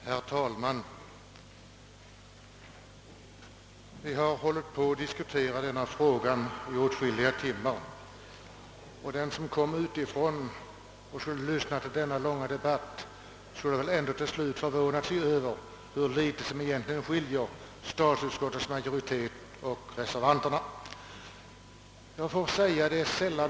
Herr talman! Vi har diskuterat denna fråga i åtskilliga timmar, och den som kom utifrån och lyssnade till denna långa debatt skulle till slut förvåna sig över hur litet som egentligen skiljer statsutskottets majoritet från reservanterna.